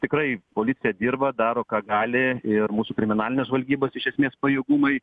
tikrai policija dirba daro ką gali ir mūsų kriminalinės žvalgybos iš esmės pajėgumai